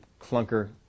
clunker